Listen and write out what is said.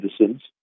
citizens